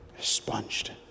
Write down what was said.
Sponged